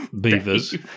Beavers